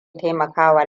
taimakawa